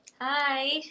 Hi